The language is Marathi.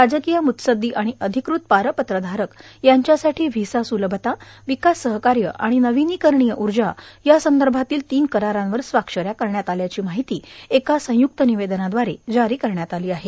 राजकीय म्त्सद्दी आणि अधिकृत पारपत्र धारक यांच्यासाठी व्हिसा स्लभता विकास सहकार्य आणि नविनीकरणीय ऊर्जा यासंदर्भातील तीन करारांवर स्वाक्षऱ्या करण्यात आल्या असल्याची माहिती एका संय्क्त निवेदनाद्वारे जारी करण्यात आली आहे